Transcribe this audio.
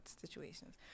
situations